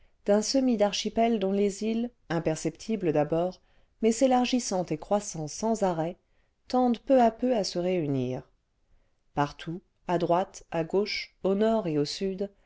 d'un semis d'archipels dont les îles imperceptibles d'abord mais s'élargissant et croissant sans arrêt tendent peu à peu à se réunir partout à droite à gauche au nord et au sud